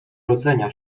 rodzenia